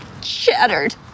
shattered